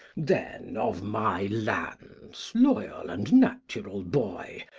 then of my lands, loyal and natural boy,